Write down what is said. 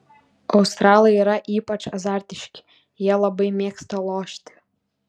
australai yra ypač azartiški jie labai mėgsta lošti